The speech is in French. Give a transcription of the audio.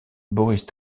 boris